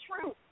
truth